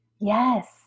yes